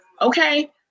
okay